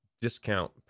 discount